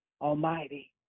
Almighty